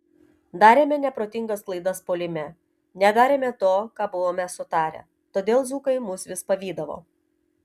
darėme neprotingas klaidas puolime nedarėme to ką buvome sutarę todėl dzūkai mus vis pavydavo